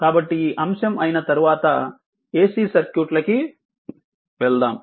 కాబట్టి ఈ అంశం అయిన తర్వాత AC సర్క్యూట్ లకి వెళ్దాం